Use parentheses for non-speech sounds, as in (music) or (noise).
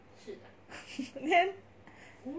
(laughs) then